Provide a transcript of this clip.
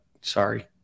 Sorry